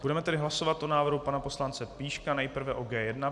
Budeme tedy hlasovat o návrhu pana poslance Plíška, nejprve o G1.